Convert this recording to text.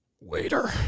Waiter